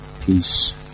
peace